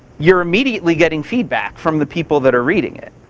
you're immediately getting feedback from the people that are reading it,